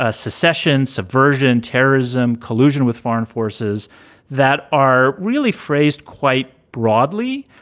ah secessions, subversion, terrorism, collusion with foreign forces that are really phrased quite broadly.